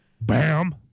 bam